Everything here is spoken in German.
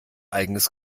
eigenes